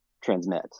transmit